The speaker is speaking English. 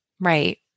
Right